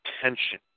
attention